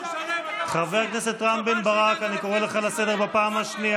חבל שהגעת לכנסת ישראל,